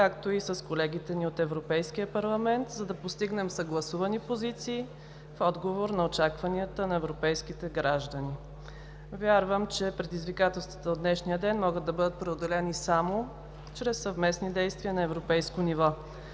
както и с колегите ни от Европейския парламент, за да постигнем съгласувани позиции в отговор на очакванията на европейските граждани. Вярвам, че предизвикателствата от днешния ден могат да бъдат преодолени само чрез съвместни действия на европейско ниво.